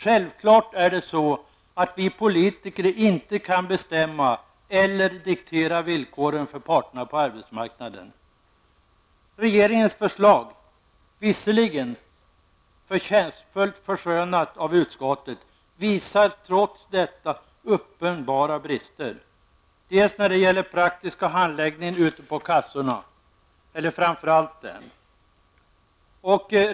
Självklart kan inte vi politiker bestämma eller diktera villkoren för parterna på arbetsmarknaden. Regeringens förslag, visserligen förtjänstfullt förskönat av utskottet, visar trots detta uppenbara brister, framför allt när det gäller den praktiska handläggningen ute på kassorna. Herr talman!